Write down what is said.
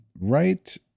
right